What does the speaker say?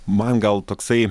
man gal toksai